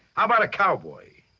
about a cowboy?